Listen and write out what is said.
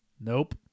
Nope